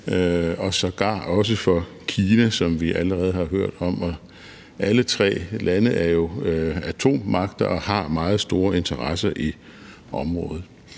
og sågar også for Kina, som vi allerede har hørt om. Alle tre lande er jo atommagter og har meget store interesser i området,